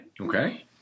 Okay